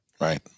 Right